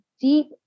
deep